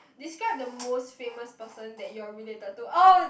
describe the most famous person that you are related to oh